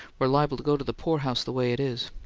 we're liable to go to the poorhouse the way it is.